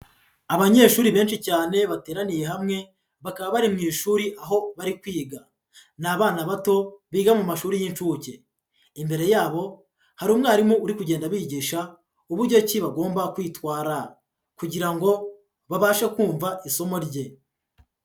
Abanyeshuri benshi cyane bateraniye hamwe bakaba bari mu ishuri aho bari kwiga, ni abana bato biga mu mashuri y'inshsuke, imbere yabo hari umwarimu uri kugenda bigisha uburyo ki bagomba kwitwara kugira ngo babashe kumva isomo rye.